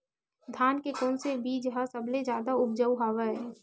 धान के कोन से बीज ह सबले जादा ऊपजाऊ हवय?